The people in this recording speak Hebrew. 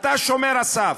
אתה שומר הסף,